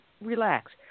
relax